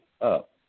up